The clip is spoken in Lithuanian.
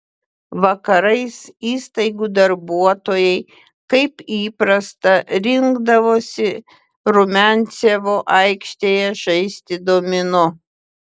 vakarais įstaigų darbuotojai kaip įprasta rinkdavosi rumiancevo aikštėje žaisti domino